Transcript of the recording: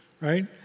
right